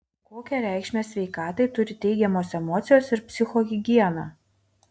kokią reikšmę sveikatai turi teigiamos emocijos ir psichohigiena